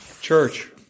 Church